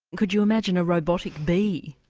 could you imagine a robotic bee?